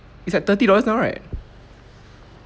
it's at thirty dollars now right